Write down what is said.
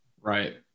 Right